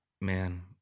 man